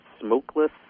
smokeless